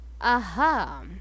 Aha